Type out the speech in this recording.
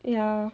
ya